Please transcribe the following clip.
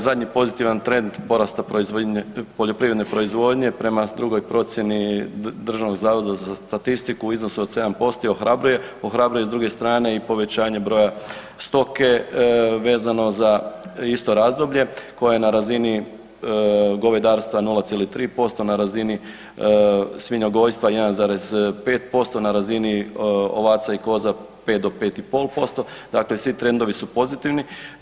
Ovaj zadnji pozitivan trend porasta poljoprivredne proizvodnje prema drugoj procjeni Državnog zavoda za statistiku u iznosu od 7% ohrabruje, ohrabruje i s druge strane i povećanje broja stoke vezano za isto razdoblje koje je na razini govedarstva 0,3%, na razini svinjogojstva 1,5%, na razini ovaca i koza 5 do 5,5%, dakle svi trendovi su pozitivni.